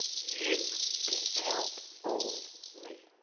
you can count on me.